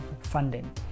funding